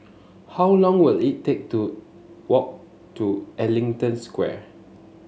how long will it take to walk to Ellington Square